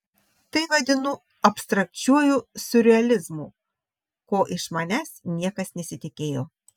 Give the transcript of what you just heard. tai vadinu abstrakčiuoju siurrealizmu ko iš manęs niekas nesitikėjo